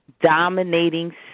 dominating